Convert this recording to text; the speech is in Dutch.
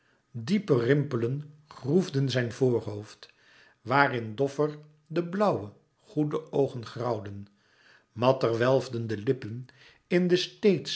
dieper rimpelen groefden zijn voorhoofd waar in doffer de blauwe goede oogen grauwden matter welfden de lippen in den